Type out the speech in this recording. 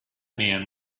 man